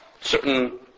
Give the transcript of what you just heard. certain